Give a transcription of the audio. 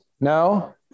No